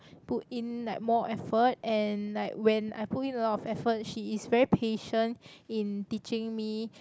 put in like more effort and like when I put in a lot of effort she is very patient in teaching me